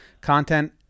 Content